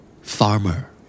Farmer